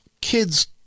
kids